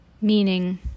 Meaning